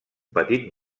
petit